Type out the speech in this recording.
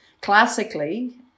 classically